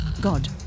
god